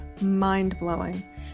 mind-blowing